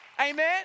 amen